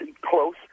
close